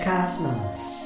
Cosmos